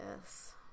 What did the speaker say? Yes